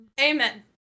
Amen